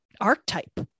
archetype